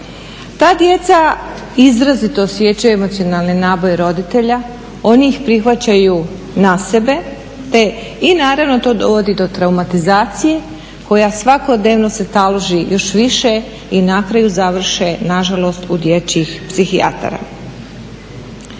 Ta djeca izrazito osjećaju emocionalne naboje roditelja, oni ih prihvaćaju na sebe i to naravno to dovodi do traumatizacije koja svakodnevno se taloži još više i na kraju završe nažalost u dječjih psihijatara.